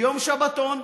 ליום שבתון,